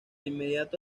inmediato